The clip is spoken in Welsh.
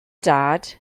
dad